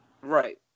Right